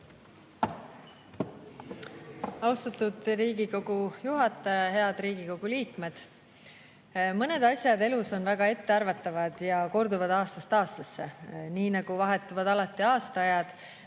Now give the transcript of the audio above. Austatud Riigikogu juhataja! Head Riigikogu liikmed! Mõned asjad elus on väga ettearvatavad ja korduvad aastast aastasse. Nii nagu vahetuvad alati aastaajad,